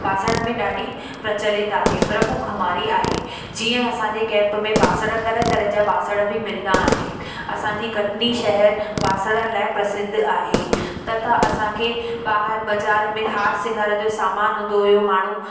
बासणनि में ॾाढी प्रचलित आहे प्रमुख हमारी आहे जीअं असांजे कैंप में बासण तरह तरह जा बासण बि मिलंदा आहिनि असांजी कटनी शहर बासणन लाइ प्रसिद्ध आहे तथा असांखे ॿाहिरि बाज़ारनि में हार सिंगार जो सामान हूंदो हुओ माण्हू